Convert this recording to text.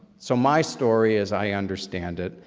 so my story, as i understand it,